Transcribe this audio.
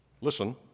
Listen